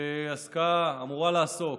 שאמורה לעסוק